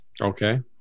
Okay